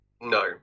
No